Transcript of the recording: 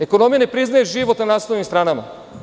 Ekonomija ne priznaje život na naslovnim stranama.